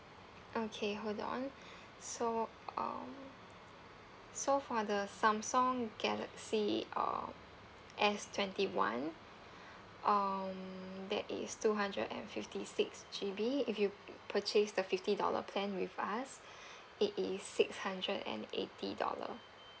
okay hold on so um so for the samsung galaxy uh S twenty one um that is two hundred and fifty six G_B if you purchase the fifty dollar plan with us it is six hundred and eighty dollar